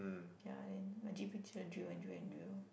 ya then my G_P teacher drill and drill and drill